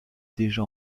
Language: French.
déjà